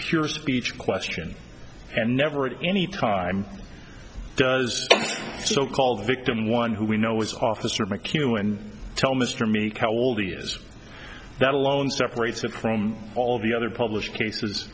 pure speech question and never at any time does so called victim one who we know was officer mchugh and tell mr meek how old he is that alone separates it from all of the other published cases